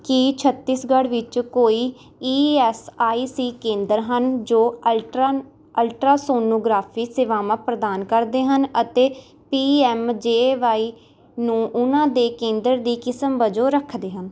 ਕੀ ਛੱਤੀਸਗੜ੍ਹ ਵਿੱਚ ਕੋਈ E S I C ਕੇਂਦਰ ਹਨ ਜੋ ਅਲਟਰਨ ਅਲਟਰਾਸੋਨੋਗ੍ਰਾਫੀ ਸੇਵਾਵਾਂ ਪ੍ਰਦਾਨ ਕਰਦੇ ਹਨ ਅਤੇ ਪੀ ਐੱਮ ਜੇ ਵਾਈ ਨੂੰ ਉਹਨਾਂ ਦੇ ਕੇਂਦਰ ਦੀ ਕਿਸਮ ਵਜੋਂ ਰੱਖਦੇ ਹਨ